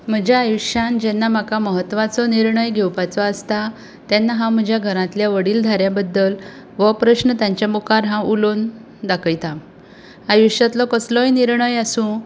म्हज्या आयुश्यांत जेन्ना म्हाका महत्वाचो निर्णय घेवपाचो आसता तेन्ना हांव म्हज्या घरांतल्या वडील धाऱ्यां बद्दल हो प्रस्न तांच्या मुखार हांव उलोवन दाखयतां आयुश्यांतलो कसलोय निर्णय आसूं